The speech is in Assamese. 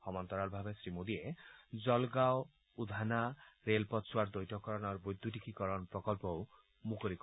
সমান্তৰালভাৱে শ্ৰীমোদীয়ে জলগাঁও উধাণা ৰেলপথ চোৱাৰ দ্বৈতকৰণ আৰু বিদ্যুতিকীকৰণ প্ৰকল্পও মুকলি কৰিব